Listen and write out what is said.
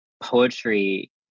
poetry